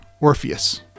Orpheus